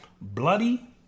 Bloody